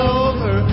over